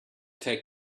take